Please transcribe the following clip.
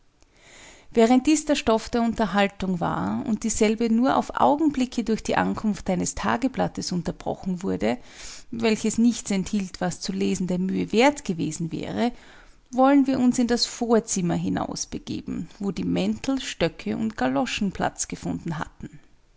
während dies der stoff der unterhaltung war und dieselbe nur auf augenblicke durch die ankunft eines tageblattes unterbrochen wurde welches nichts enthielt was zu lesen der mühe wert gewesen wäre wollen wir uns in das vorzimmer hinausbegeben wo die mäntel stöcke und galoschen platz gefunden hatten